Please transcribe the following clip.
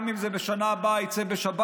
גם אם בשנה הבאה זה יצא בשבת,